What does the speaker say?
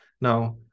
Now